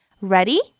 Ready